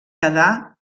quedar